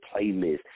playlist